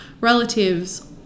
relatives